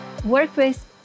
Workplace